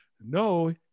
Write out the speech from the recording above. No